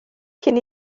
cyn